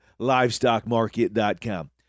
livestockmarket.com